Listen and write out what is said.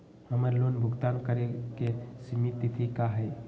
हमर लोन भुगतान करे के सिमित तिथि का हई?